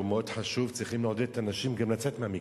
והוא מאוד חשוב: צריכים לעודד את הנשים גם לצאת מהמקלט,